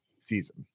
season